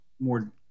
more